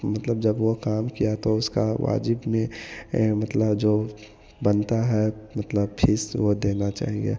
मतलब जब वह काम किया तो उसका वाजिब में ए मतला जो बनता है मतलब फीस वह देना चाहिए